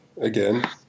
again